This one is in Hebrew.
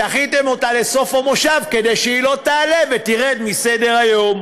דחיתם אותה לסוף המושב כדי שהיא לא תעלה ותרד מסדר-היום.